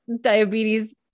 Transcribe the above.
diabetes